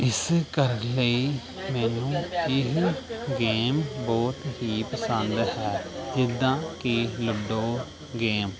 ਇਸ ਕਰਨ ਲਈ ਮੈਨੂੰ ਇਹ ਗੇਮ ਬਹੁਤ ਹੀ ਪਸੰਦ ਹੈ ਜਿੱਦਾਂ ਕਿ ਲੂਡੋ ਗੇਮ